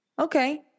Okay